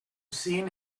seen